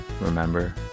Remember